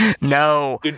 no